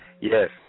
Yes